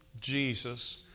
Jesus